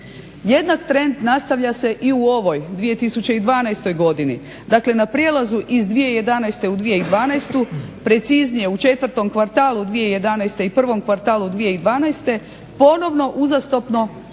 Jednak trend nastavlja se i u ovoj 2012. godini, dakle na prijelazu iz 2011. u 2012., preciznije u 4 kvartalu 2011. i prvom kvartalu 2012. ponovno uzastopno,